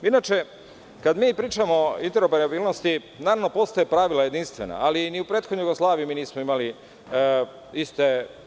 Inače, kada mi pričamo o interoparabilnosti, naravno da postoje jedinstvena pravila, ali ni u prethodnoj Jugoslaviji mi nismo imali iste.